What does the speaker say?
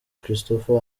christopher